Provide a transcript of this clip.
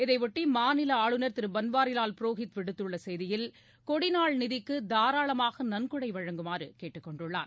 இதனையொட்டி மாநில ஆளுநர் திரு பன்வாரிலால் புரோஹித் விடுத்துள்ள செய்தியில் கொடி நாள் நிதிக்கு தாராளமாக நிதி உதவி வழங்குமாறு கேட்டுக்கொண்டுள்ளார்